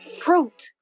fruit